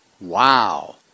Wow